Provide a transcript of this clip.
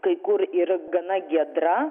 kai kur ir gana giedra